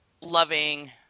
loving